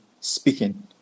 speaking